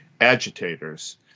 agitators